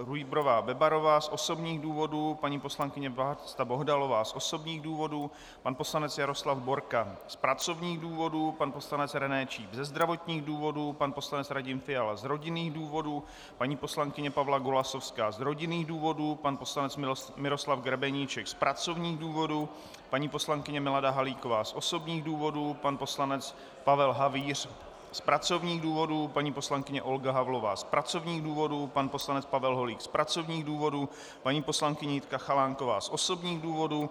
Rujbrová Bebarová z osobních důvodů, paní poslankyně Vlasta Bohdalová z osobních důvodů, pan poslanec Jaroslav Borka z pracovních důvodů, pan poslanec René Číp ze zdravotních důvodů, pan poslanec Radim Fiala z rodinných důvodů, paní poslankyně Pavla Golasowská z rodinných důvodů, pan poslanec Miroslav Grebeníček z pracovních důvodů, paní poslankyně Milada Halíková z osobních důvodů, pan poslanec Pavel Havíř z pracovních důvodů, paní poslankyně Olga Havlová z pracovních důvodů, pan poslanec Pavel Holík z pracovních důvodů, paní poslankyně Jitka Chalánková z osobních důvodů,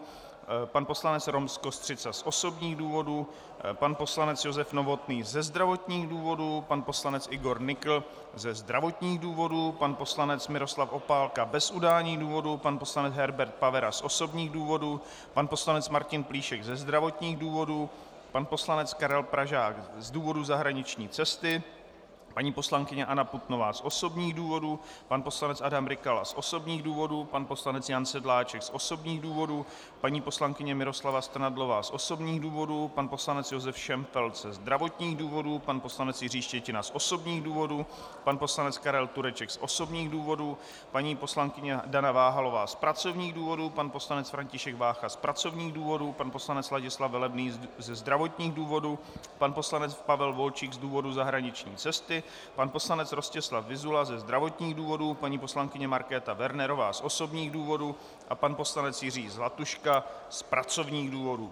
pan poslanec Rom Kostřica z osobních důvodů, pan poslanec Josef Novotný ze zdravotních důvodů, pan poslanec Igor Nykl ze zdravotních důvodů, pan poslanec Miroslav Opálka bez udání důvodu, pan poslanec Herbert Pavera z osobních důvodů, pan poslanec Martin Plíšek ze zdravotních důvodů, pan poslanec Karel Pražák z důvodu zahraniční cesty, paní poslankyně Anna Putnová z osobních důvodů, pan poslanec Adam Rykala z osobních důvodů, pan poslanec Jan Sedláček z osobních důvodů, paní poslankyně Miroslava Strnadlová z osobních důvodů, pan poslanec Josef Šenfeld ze zdravotních důvodů, pan poslanec Jiří Štětina z osobních důvodů, pan poslanec Karel Tureček z osobních důvodů, paní poslankyně Dana Váhalová z pracovních důvodů, pan poslanec František Vácha z pracovních důvodů, pan poslanec Ladislav Velebný ze zdravotních důvodů, pan poslanec Pavel Volčík z důvodu zahraniční cesty, pan poslanec Rostislav Vyzula ze zdravotních důvodů, paní poslankyně Markéta Wernerová z osobních důvodů a pan poslanec Jiří Zlatuška z pracovních důvodů.